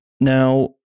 Now